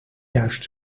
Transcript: juist